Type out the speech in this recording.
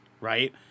right